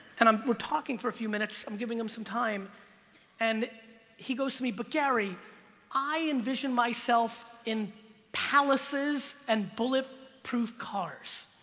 and i'm we're talking few minutes i'm giving him some time and he goes to me but gary i envision myself in palaces and bulletproof cars